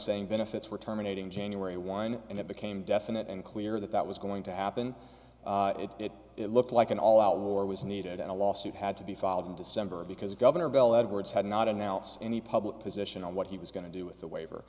saying benefits were terminating january one and it became definite and clear that that was going to happen that it looked like an all out war was needed and a lawsuit had to be filed in december because governor bill edwards had not announce any public position on what he was going to do with the waiver